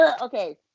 okay